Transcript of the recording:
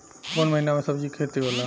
कोउन महीना में सब्जि के खेती होला?